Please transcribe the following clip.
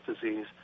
disease